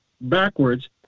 backwards